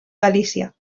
galícia